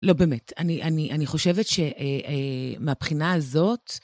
לא באמת, אני חושבת שמהבחינה הזאת...